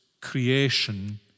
creation